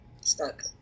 stuck